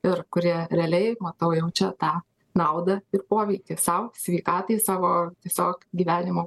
ir kurie realiai matau jaučia tą naudą ir poveikį sau sveikatai savo tiesiog gyvenimui